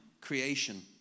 creation